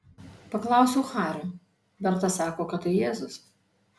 paklausiau hario berta sako kad tai jėzus